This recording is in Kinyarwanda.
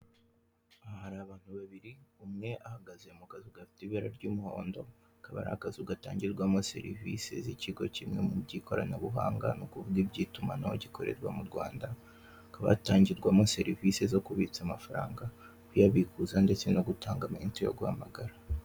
Aha hari abantu babiri umwe ahagaze mu kazu gafite ibara ry'umuhondo, kakaba ari akazu gatangirwamo serivise z'ikigo kimwe mu iby'ikoranabuhanga n'ukuvuga iby'itumanaho gikorerwa mu Rwanda hakaba hatangirwamo serivise zo kubitsa amafaranga, kuyabikuza, ndetse no gutanga amayinite guhamagara.